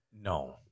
No